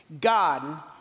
God